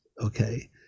okay